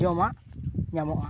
ᱡᱚᱢᱟᱜ ᱧᱟᱢᱚᱜᱼᱟ